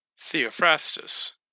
Theophrastus